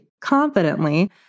confidently